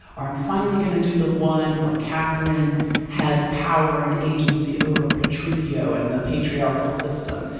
or i'm finally going to do the one where katherine has power and agency over petruchio and the patriarchal system.